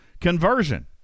conversion